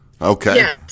Okay